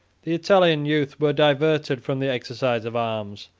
the italian youth were diverted from the exercise of arms,